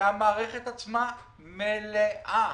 והמערכת עצמה מלאה